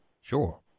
Sure